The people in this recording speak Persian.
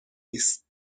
نیست